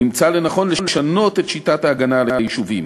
נמצא לנכון לשנות את שיטת ההגנה על היישובים.